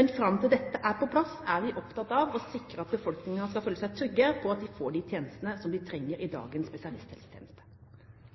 Men fram til dette er på plass, er vi opptatt av å sikre at befolkningen skal føle seg trygg på at de får de tjenestene som de trenger i dagens spesialisthelsetjeneste.